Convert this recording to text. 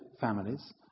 families